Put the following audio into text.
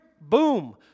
boom